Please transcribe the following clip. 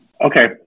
okay